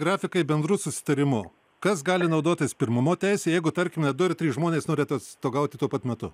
grafikai bendru susitarimu kas gali naudotis pirmumo teise jeigu tarkime du ar trys žmonės nori atostogauti tuo pat metu